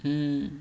mm